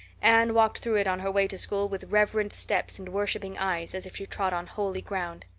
anne walked through it on her way to school with reverent steps and worshiping eyes, as if she trod on holy ground.